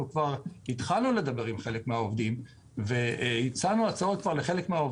אנחנו כבר התחלנו לדבר עם חלק מהעובדים והצענו הצעות לחלקם.